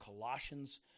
Colossians